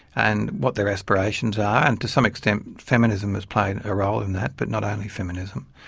and what their aspirations are, and to some extent, feminism was playing a role in that, but not only feminism.